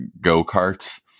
go-karts